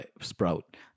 sprout